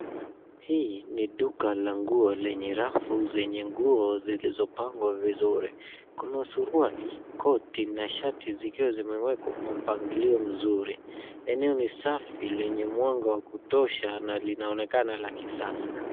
Hii ni duka la nguo lenye rafu zenye nguo zilizopangwa vizuri. Kuna suruali, koti, shati zikiwa zimewekwa kwa mpangilio mzuri. Eneo ni safi lenye mwanga wa kutosha na linaonekana la kisasa.